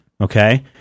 Okay